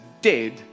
dead